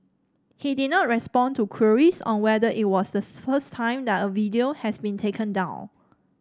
he did not respond to queries on whether it was the first time that a video has been taken down